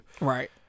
Right